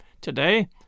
Today